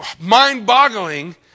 mind-boggling